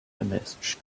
image